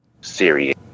serious